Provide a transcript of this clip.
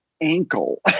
ankle